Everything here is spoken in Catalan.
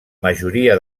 majoria